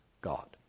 God